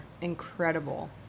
incredible